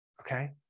okay